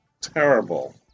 terrible